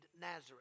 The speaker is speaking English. Nazareth